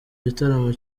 gitaramo